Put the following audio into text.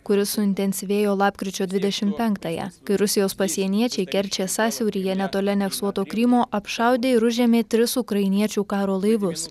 kuris suintensyvėjo lapkričio dvidešim penktąją kai rusijos pasieniečiai kerčės sąsiauryje netoli aneksuoto krymo apšaudė ir užėmė tris ukrainiečių karo laivus